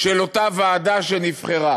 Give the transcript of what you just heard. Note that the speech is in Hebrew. של אותה ועדה שנבחרה,